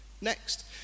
next